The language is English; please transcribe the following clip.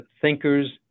thinkers